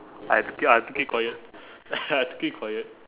I have to ke~ I have to keep quiet I have to keep quiet